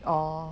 oh